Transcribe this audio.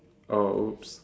oh !oops!